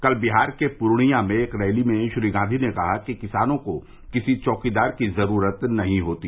कल बिहार के पूर्णिया में एक रैली में श्री गांधी ने कहा कि किसानों को किसी चौकीदार की जरूरत नहीं होती